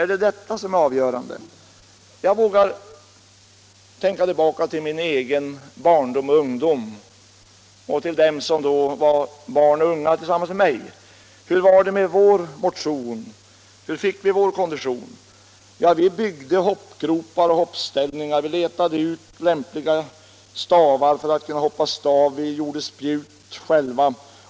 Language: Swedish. Är det det som är avgörande? Jag vågar tänka tillbaka till min egen barndom och ungdom och till dem som då var barn och unga tillsammans med mig. Hur var det med vår motion, hur fick vi vår kondition? Vi byggde hoppgropar och hoppställningar, vi letade ut lämpliga stavar för att kunna hoppa stav, vi gjorde spjut själva.